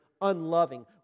unloving